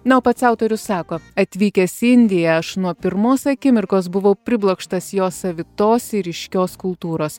na o pats autorius sako atvykęs į indiją aš nuo pirmos akimirkos buvau priblokštas jos savitos ir ryškios kultūros